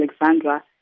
Alexandra